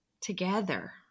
together